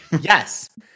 Yes